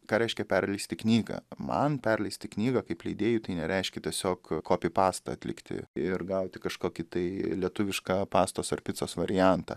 ką reiškia perleisti knygą man perleisti knygą kaip leidėjui tai nereiškia tiesiog kopipastą atlikti ir gauti kažkokį tai lietuvišką pastos ar picos variantą